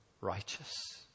righteous